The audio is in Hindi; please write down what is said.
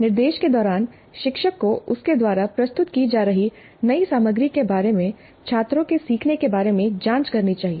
निर्देश के दौरान शिक्षक को उसके द्वारा प्रस्तुत की जा रही नई सामग्री के बारे में छात्रों के सीखने के बारे में जांच करनी चाहिए